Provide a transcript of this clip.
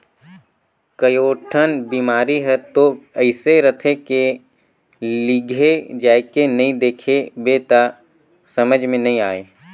कयोठन बिमारी हर तो अइसे रहथे के लिघे जायके नई देख बे त समझे मे नई आये